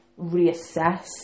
reassess